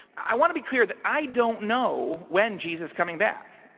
i wanna be clear that i don't know when jesus coming back,